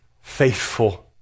faithful